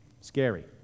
Scary